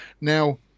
Now